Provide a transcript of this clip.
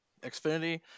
Xfinity